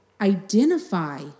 identify